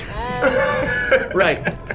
right